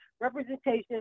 representation